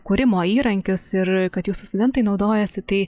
kūrimo įrankius ir kad jūsų studentai naudojasi tai